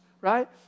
Right